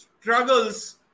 struggles